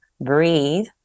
breathe